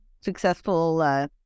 successful